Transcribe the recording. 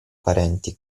parenti